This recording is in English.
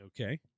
Okay